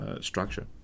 structure